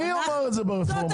מי אומר את זה ברפורמה?